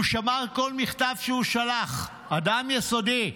הוא שמר כל מכתב שהוא שלח, אדם יסודי.